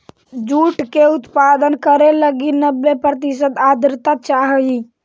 jute के उत्पादन करे लगी नब्बे प्रतिशत आर्द्रता चाहइ